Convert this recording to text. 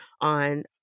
on